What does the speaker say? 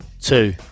two